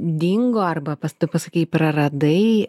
dingo arba pas tu pasakei praradai